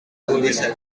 proven